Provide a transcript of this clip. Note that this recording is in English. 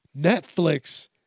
Netflix